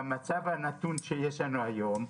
במצב הנתון שיש לנו היום,